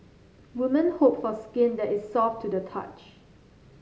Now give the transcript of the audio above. women hope for skin that is soft to the touch